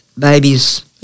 babies